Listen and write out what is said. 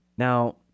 Now